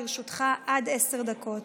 לרשותך עד עשר דקות.